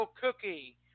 cookie